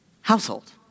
household